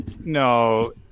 No